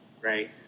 Right